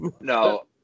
No